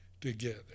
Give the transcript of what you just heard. together